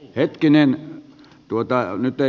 hetkinen tuota nyt ei